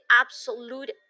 absolute